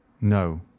No